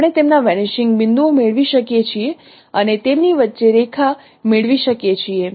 આપણે તેમના વેનીશિંગ બિંદુઓ મેળવી શકીએ છીએ અને તેમની વચ્ચેની રેખા મેળવી શકીએ છીએ